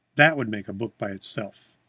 that would make a book by itself.